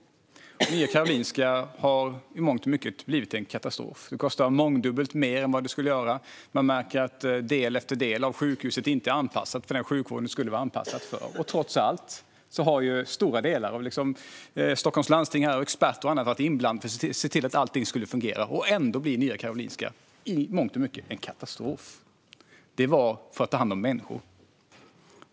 Det har i mångt och mycket blivit en katastrof. Det kostar mångdubbelt mer än det skulle ha gjort. Man märker att del efter del av sjukhuset inte är anpassat för den sjukvård det skulle vara anpassat för. Trots allt har stora delar av Stockholms läns landsting och experter varit inblandade för att se till att allt skulle fungera, men ändå blev Nya Karolinska i mångt och mycket en katastrof. Det var för att ta hand om människor.